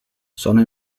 sono